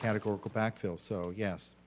categorical backfield, so, yes.